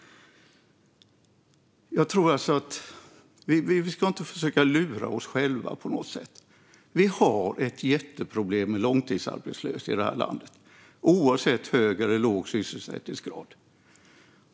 Vi ska inte försöka lura oss själva på något sätt. Vi har ett jätteproblem med långtidsarbetslöshet i det här landet, oavsett hög eller låg sysselsättningsgrad.